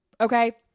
Okay